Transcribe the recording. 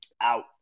out